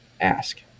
ask